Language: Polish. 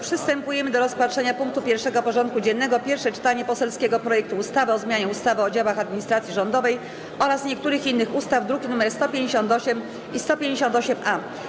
Przystępujemy do rozpatrzenia punktu 1. porządku dziennego: Pierwsze czytanie poselskiego projektu ustawy o zmianie ustawy o działach administracji rządowej oraz niektórych innych ustaw (druki nr 158 i 158-A)